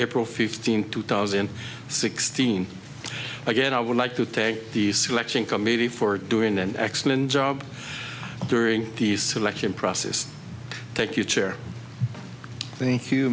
april fifteenth two thousand and sixteen again i would like to thank the selection committee for doing an excellent job during the selection process thank you chair thank you